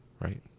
right